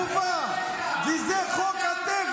לכל פעולה יש תגובה, וזה חוק הטבע.